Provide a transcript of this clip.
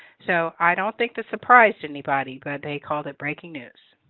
so i don't think this surprised anybody, but they called it breaking news.